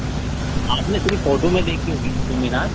آپ نے صرف فوٹو میں دیکھی ہوگی قُطُب مینار